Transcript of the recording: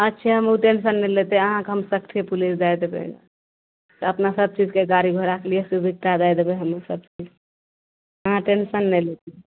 अच्छा हम उ टेंशन नहि लेतय अहाँके हम सख्ते पुलिस दए देबय अपना सभचीजके गाड़ी घोड़ाके लिये सुविता दए देबय हमहुँ सभचीज अहाँ टेंशन नहि लेतय